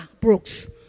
brooks